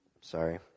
Sorry